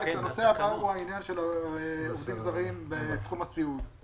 הנושא הבא עוסק בעובדים זרים בתחום הסיעוד.